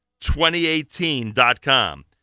2018.com